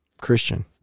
Christian